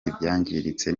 ibyangiritse